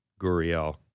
Guriel